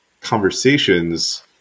conversations